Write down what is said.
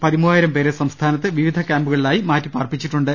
പതിമൂവായിരം പേരെ സംസ്ഥാനത്ത് വിവിധ ക്യാമ്പു കളിലായി മാറ്റിപ്പാർപ്പിച്ചിട്ടുണ്ട്